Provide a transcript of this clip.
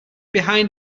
behind